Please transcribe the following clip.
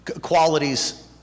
qualities